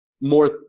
more